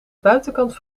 buitenkant